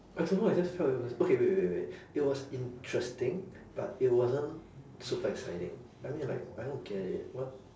I don't know I just felt it was okay wait wait wait wait it was interesting but it wasn't super exciting I mean like I don't get it what